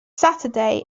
saturday